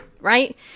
Right